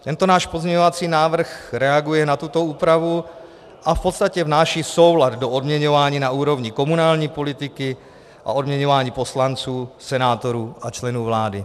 Tento náš pozměňovací návrh reaguje na tuto úpravu a v podstatě vnáší soulad do odměňování na úrovni komunální politiky a odměňování poslanců, senátorů a členů vlády.